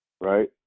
Right